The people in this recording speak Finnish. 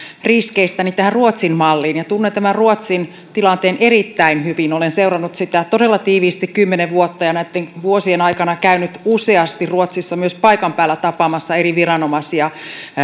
riskeistä ruotsin malliin ja tunnen tämän ruotsin tilanteen erittäin hyvin olen seurannut sitä todella tiiviisti kymmenen vuotta ja näitten vuosien aikana käynyt useasti ruotsissa myös paikan päällä tapaamassa eri viranomaisia